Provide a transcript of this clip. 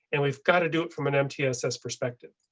and we've got to do it from an mtss perspective.